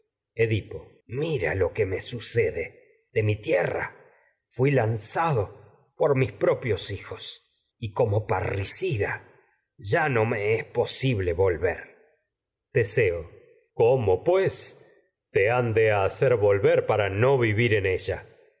edipo mira lo que me sucede de mi tierra fui lanzado por mis propioshijos y como parricida ya no me es posible volver tragedias de sófocles teseo vivir cómo ella el pues te han de hacer volver para no en